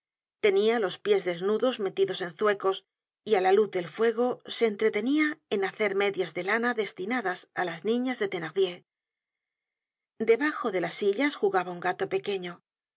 tenia los pies desnudos metidos en zuecos y á la luz del fuego se entretenía en hacer medias de lana destinadas á las niñas de thenardier debajo de las sillas jugaba un gato pequeño